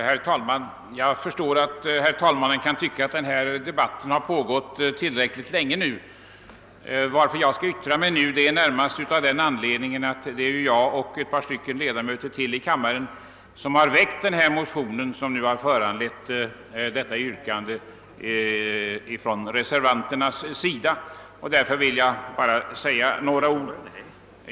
Herr talman! Jag förstår att herr talmannen kan tycka att denna debatt nu har pågått tillräckligt länge. Anledningen till att jag skall yttra mig är närmast att det är jag och några andra ledamöter i kammaren som har väckt den motion som nu föranlett detta yrkande från reservanternas sida. Jag skall bara säga några ord.